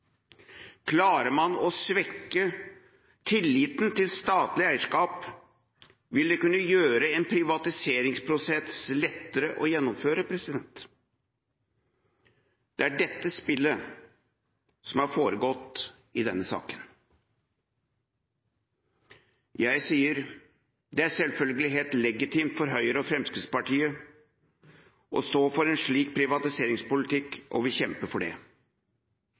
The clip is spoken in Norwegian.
Klarer man å svekke tilliten til statlig eierskap, vil det kunne gjøre en privatiseringsprosess lettere å gjennomføre. Det er dette spillet som har foregått i denne saken. Jeg sier: Det er selvfølgelig helt legitimt for Høyre og Fremskrittspartiet å stå for en slik privatiseringspolitikk, og vi kjemper for det,